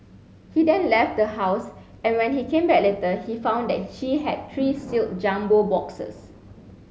he then left the house and when he came back later he found that she had three sealed jumbo boxes